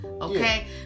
Okay